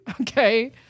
Okay